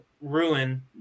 ruin